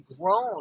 grown